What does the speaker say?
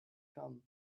come